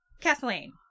Kathleen